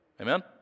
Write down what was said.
amen